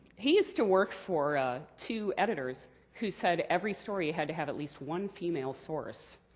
he used to work for two editors who said every story had to have at least one female source.